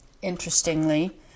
interestingly